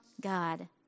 God